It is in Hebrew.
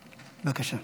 בבקשה.